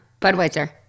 Budweiser